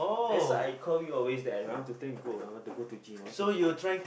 that's why I call you always that I want to go gym I want to go to gym